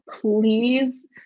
please